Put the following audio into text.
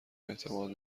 اعتماد